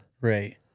Right